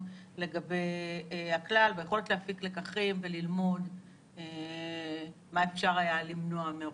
לגבי הכלל והיכולת להפיק לקחים וללמוד מה אפשר היה למנוע מראש.